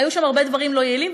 היו שם הרבה דברים לא יעילים,